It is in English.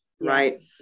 right